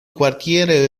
quartiere